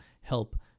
help